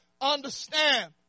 Understand